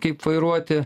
kaip vairuoti